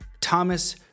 Thomas